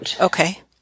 okay